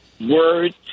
Words